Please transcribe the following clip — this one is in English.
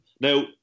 Now